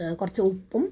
കുറച്ച് ഉപ്പും